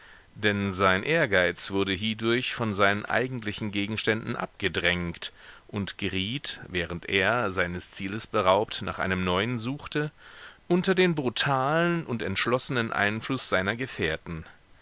denn sein ehrgeiz wurde hiedurch von seinen eigentlichen gegenständen abgedrängt und geriet während er seines zieles beraubt nach einem neuen suchte unter den brutalen und entschlossenen einfluß seiner gefährten